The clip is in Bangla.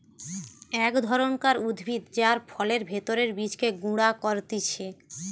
এক ধরণকার উদ্ভিদ যার ফলের ভেতরের বীজকে গুঁড়া করতিছে